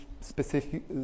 specific